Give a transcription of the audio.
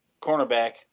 cornerback